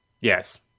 yes